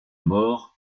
mort